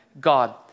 God